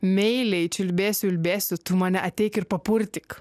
meiliai čiulbėsiu ulbėsiu tu mane ateik ir papurtyk